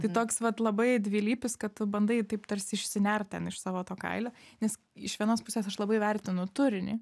tai toks vat labai dvilypis kad tu bandai taip tarsi išsinert ten iš savo to kailio nes iš vienos pusės aš labai vertinu turinį